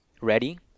ready